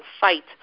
fight